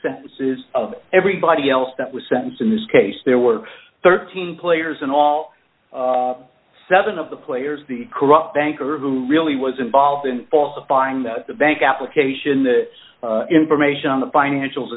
sentences of everybody else that was sentenced in this case there were thirteen players in all seven of the players the corrupt banker who really was involved in falsifying that the bank application the information on the financial